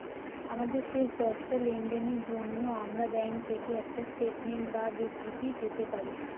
আমাদের শেষ দশটা লেনদেনের জন্য আমরা ব্যাংক থেকে একটা স্টেটমেন্ট বা বিবৃতি পেতে পারি